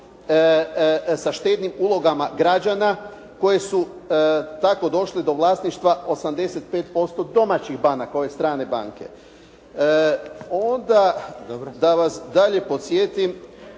sa štednim ulozima građana koje su tako došle do vlasništva 85% domaćih banaka ove strane banke. Onda da vas dalje posjetim,